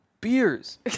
beers